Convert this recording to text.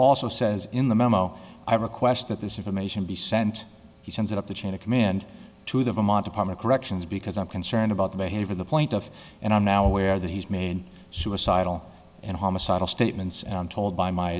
also says in the memo i request that this information be sent he sends it up the chain of command to the vermont department corrections because i'm concerned about the behavior the point of and i'm now aware that he's made suicidal and homicidal statements and i'm told by my